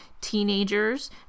Teenagers